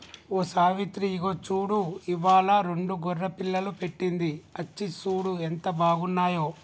ఓ సావిత్రి ఇగో చూడు ఇవ్వాలా రెండు గొర్రె పిల్లలు పెట్టింది అచ్చి సూడు ఎంత బాగున్నాయో